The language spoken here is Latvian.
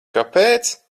kāpēc